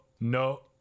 no